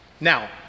Now